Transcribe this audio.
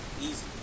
easy